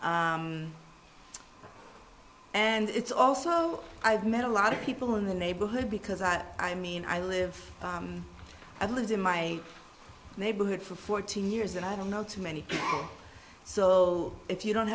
and it's also i've met a lot of people in the neighborhood because i i mean i live i've lived in my neighborhood for fourteen years and i don't know too many so if you don't